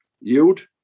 yield